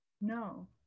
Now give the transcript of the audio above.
no